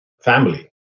family